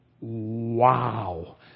wow